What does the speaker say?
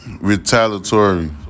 retaliatory